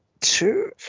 two